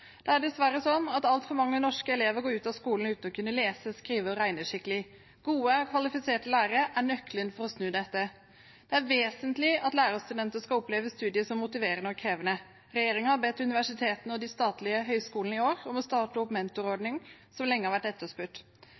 Det er dessverre slik at altfor mange norske elever går ut av skolen uten å kunne lese, skrive og regne skikkelig. Gode, kvalifiserte lærere er nøkkelen til å snu dette. Det er vesentlig at lærerstudenter skal oppleve studiet som motiverende og krevende. Regjeringen har i år bedt universitetene og de statlige høyskolene om å starte en mentorordning, noe som lenge har vært etterspurt.